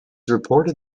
reported